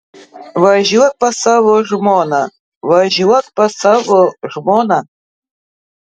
važiuok pas savo žmoną važiuok pas savo žmoną